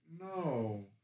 No